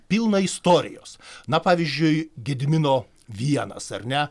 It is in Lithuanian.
pilna istorijos na pavyzdžiui gedimino vienas ar ne